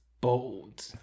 bold